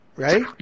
Right